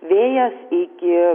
vėjas iki